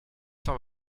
cent